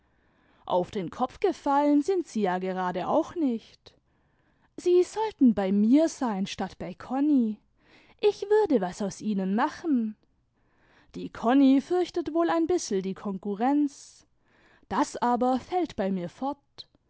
auf den kopf gefallen sind sie ja gerade auch nicht sie sollten bei mir sein statt bei konni ich würde was aus ihnen machen die konni fürchtet wohl ein bissei die konkurrenz das aber fällt bei mir fort